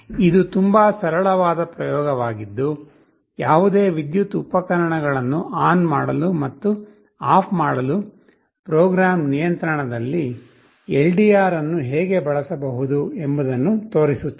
ಇದು ತುಂಬಾ ಸರಳವಾದ ಪ್ರಯೋಗವಾಗಿದ್ದು ಯಾವುದೇ ವಿದ್ಯುತ್ ಉಪಕರಣಗಳನ್ನು ಆನ್ ಮಾಡಲು ಮತ್ತು ಆಫ್ ಮಾಡಲು ಪ್ರೋಗ್ರಾಂ ನಿಯಂತ್ರಣದಲ್ಲಿ ಎಲ್ಡಿಆರ್ ಅನ್ನು ಹೇಗೆ ಬಳಸಬಹುದು ಎಂಬುದನ್ನು ತೋರಿಸುತ್ತದೆ